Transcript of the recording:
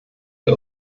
der